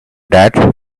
that